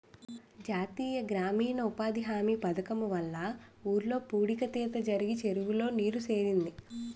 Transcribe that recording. జాతీయ గ్రామీణ ఉపాధి హామీ పధకము వల్ల ఊర్లో పూడిక తీత జరిగి చెరువులో నీరు సేరింది